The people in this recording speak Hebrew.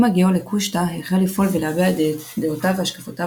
עם הגיעו לקושטא החל לפעול ולהביע את דעותיו והשקפותיו